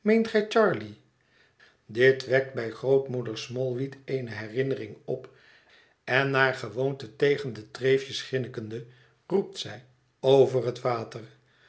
dit wekt bij grootmoeder smallweed eene herinnering op en naar gewoonte tegen de treeftjes grinnikende roept zij over het water